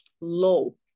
low